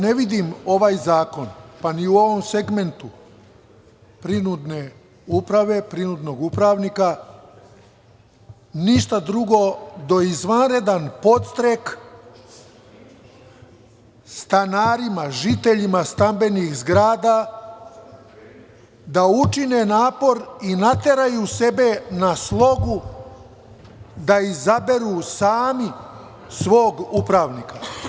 Ne vidim ovaj zakon, pa ni u ovom segmentu prinudne uprave prinudnog upravnika ništa drugo do izvanrednog podstreka stanarima, žiteljima stambenih zgrada da učine napor i nateraju sebe na slogu, da izaberu sami svog upravnika.